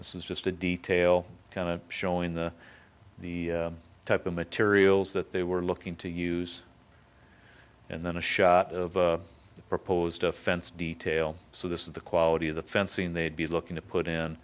this is just a detail kind of showing the the type of materials that they were looking to use and then a shot of proposed a fence detail so this is the quality of the fencing they'd be looking to put in